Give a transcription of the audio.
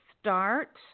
start